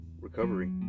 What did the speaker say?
recovery